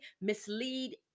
mislead